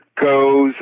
goes